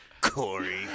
Corey